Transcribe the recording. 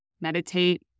meditate